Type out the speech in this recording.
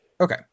Okay